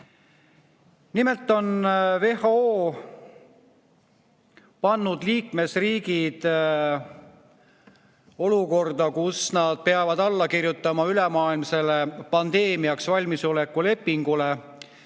Nimelt on WHO pannud liikmesriigid olukorda, kus nad peavad alla kirjutama ülemaailmsele pandeemiaks valmisoleku lepingule,